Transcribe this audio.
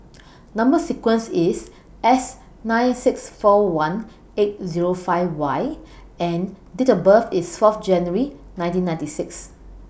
Number sequence IS S nine six four one eight Zero five Y and Date of birth IS four January nineteen ninety six